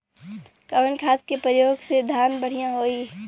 कवन खाद के पयोग से धान बढ़िया होई?